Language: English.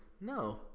No